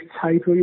type